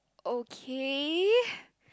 okay